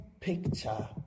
picture